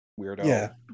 weirdo